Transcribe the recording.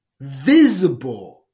visible